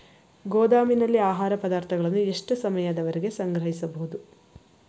ಗೋದಾಮಿನಲ್ಲಿ ಆಹಾರ ಪದಾರ್ಥಗಳನ್ನು ಎಷ್ಟು ಸಮಯದವರೆಗೆ ಸಂಗ್ರಹಿಸಬಹುದು?